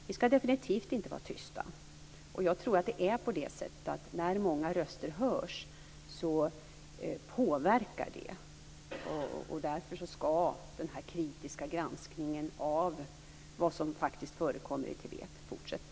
Vi skall definitivt inte vara tysta. När många röster hörs påverkar detta. Därför skall denna kritiska granskning av vad som förekommer i Tibet fortsätta.